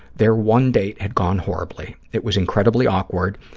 their one date had gone horribly. it was incredibly awkward,